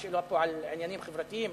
שאלו פה על עניינים חברתיים,